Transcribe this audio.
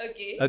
Okay